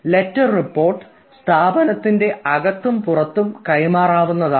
letter report സ്ഥാപനത്തിൻറെ അകത്തും പുറത്തും കൈ മാറാവുന്നതാണ്